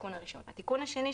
התיקון השני,